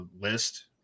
list